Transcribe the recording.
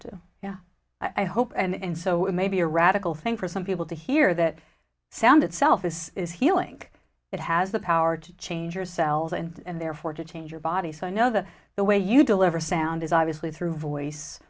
to yeah i hope and so it may be a radical thing for some people to hear that sound itself this is healing it has the power to change yourself and therefore to change your body so i know that the way you deliver sound is obviously through voice